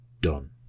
done